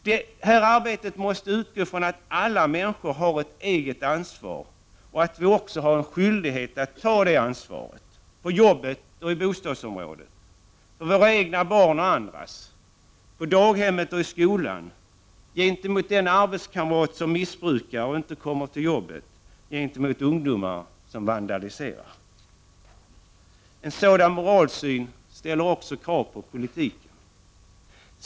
Detta arbete måste utgå från att alla människor har ett eget ansvar och att vi också har en skyldighet att ta det ansvaret — på jobbet och i bostadsområdet, för våra egna barn och andras, på daghemmet och i skolan, gentemot den arbetskamrat som missbrukar och inte kommer till jobbet samt gentemot ungdomar som vandaliserar. En sådan moralsyn ställer också krav på politiken.